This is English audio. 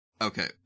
Okay